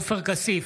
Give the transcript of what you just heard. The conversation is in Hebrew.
בעד עופר כסיף,